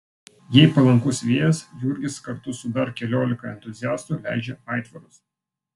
jei palankus vėjas jurgis kartu su dar keliolika entuziastų leidžia aitvarus